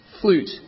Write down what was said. flute